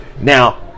now